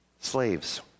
slaves